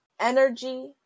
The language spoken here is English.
energy